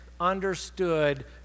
understood